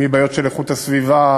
מבעיות של איכות הסביבה,